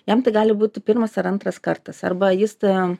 jam tai gali būti pirmas ar antras kartas arba jis ten